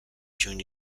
during